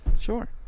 Sure